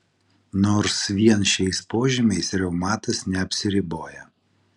nors vien šiais požymiais reumatas neapsiriboja